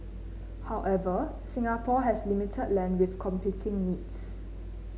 however Singapore has limited land with competing needs